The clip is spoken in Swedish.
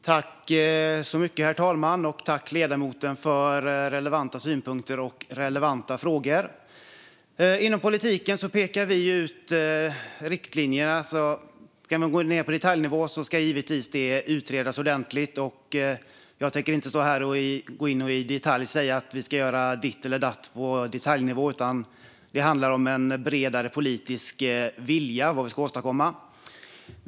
Herr talman! Tack, ledamoten, för relevanta synpunkter och relevanta frågor! Inom politiken pekar vi ut riktlinjer. Innan vi går ned på detaljnivå ska det givetvis utredas ordentligt. Jag tänker inte stå här och säga att vi ska göra ditt eller datt på detaljnivå. Det handlar om en bredare politisk vilja för vad vi ska åstadkomma.